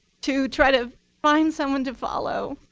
to try to find someone to follow